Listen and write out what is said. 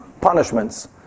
punishments